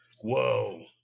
Whoa